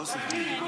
תסיים.